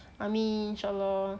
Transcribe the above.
amin in shaa allah